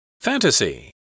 Fantasy